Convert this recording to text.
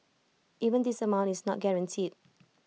even this amount is not guaranteed